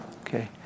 Okay